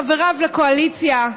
חבריו לקואליציה,